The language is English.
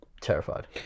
terrified